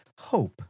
Hope